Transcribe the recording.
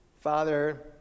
Father